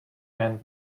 and